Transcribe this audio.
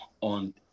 on